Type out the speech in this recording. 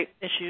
issues